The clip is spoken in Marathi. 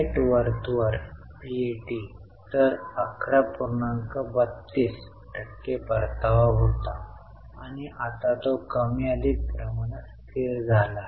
अंशतः हे ऑपरेटिंग प्रवाहातून आणि अंशतः यामधून आले आहे